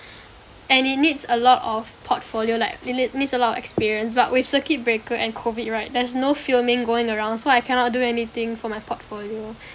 and it needs a lot of portfolio like it need needs a lot of experience but with circuit breaker and COVID right there's no filming going around so I cannot do anything for my portfolio